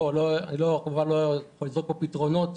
לא יכול לזרוק פה פתרונות.